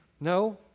No